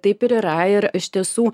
taip ir yra ir iš tiesų